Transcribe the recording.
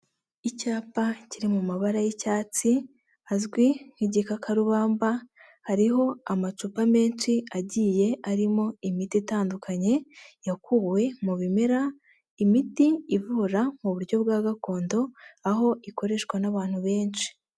Icyapa kiri mu mabara y'icyatsi azwi nk'igikakarubamba, hariho amacupa menshi agiye arimo imiti itandukanye yakuwe mu bimera imiti ivura mu buryo bwa gakondo aho ikoreshwa n'abantu benshi.